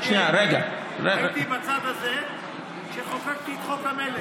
אני הייתי בצד הזה כשחוקקתי את חוק המלט.